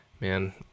man